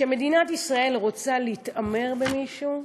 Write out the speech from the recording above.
כשמדינת ישראל רוצה להתעמר במישהו,